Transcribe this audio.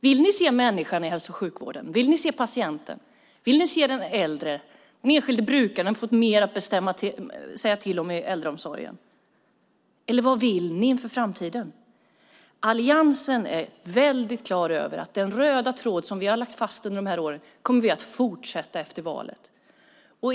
Vill ni se människan i hälso och sjukvården? Vill ni se patienten? Vill ni se den äldre? Vill ni att den enskilde brukaren ska få mer att säga till om i äldreomsorgen? Vad vill ni inför framtiden? Alliansen är klar över att vi efter valet kommer att fortsätta med den röda tråd som vi har lagt fast under de här åren.